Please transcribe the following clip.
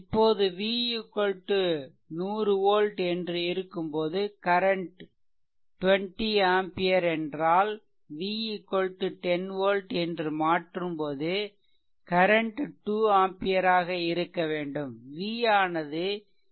இப்போது v 100 volt என்று இருக்கும் போது கரன்ட் 20 ஆம்பியர் என்றால் v 10 volt என்று மாற்றும் போது கரன்ட் 2 ஆம்பியர் ஆக இருக்க வேண்டும் v ஆனது k0